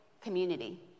community